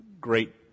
great